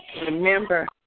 Remember